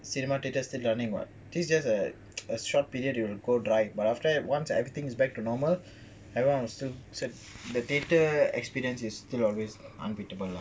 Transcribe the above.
cinema theatres still running [what] this is just a a short period it will go dry but after that once everything is back to normal everyone will still set the theatre experience is still always unbeatable lah